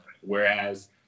whereas